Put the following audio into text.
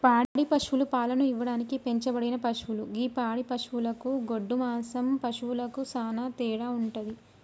పాడి పశువులు పాలను ఇవ్వడానికి పెంచబడిన పశువులు గి పాడి పశువులకు గొడ్డు మాంసం పశువులకు సానా తేడా వుంటది